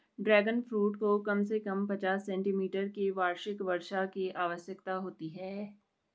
dragon fruit को कम से कम पचास सेंटीमीटर की वार्षिक वर्षा की आवश्यकता होती है